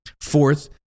Fourth